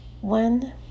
one